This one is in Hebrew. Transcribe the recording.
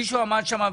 מישהו שאל שם: